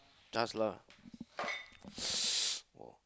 task lah